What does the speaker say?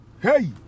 hey